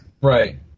Right